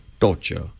torture